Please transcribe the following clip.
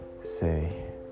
say